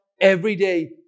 everyday